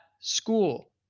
school